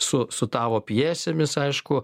su su tavo pjesėmis aišku